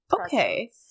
Okay